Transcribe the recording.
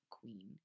queen